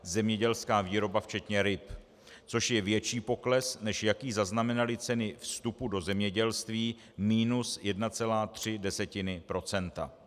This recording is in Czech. Zemědělská výroba včetně ryb, což je větší pokles, než jaký zaznamenaly ceny vstupu do zemědělství, minus 1,3 %.